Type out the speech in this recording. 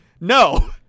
No